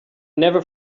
never